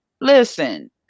listen